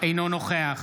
אינו נוכח